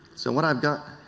so what i have got